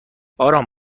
آرام